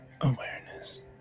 awareness